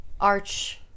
arch